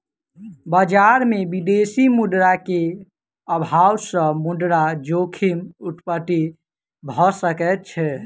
बजार में विदेशी मुद्रा के अभाव सॅ मुद्रा जोखिम उत्पत्ति भ सकै छै